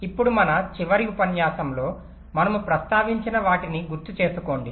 ఇప్పుడు మన చివరి ఉపన్యాసంలో మనము ప్రస్తావించిన వాటిని గుర్తు చేసుకోండి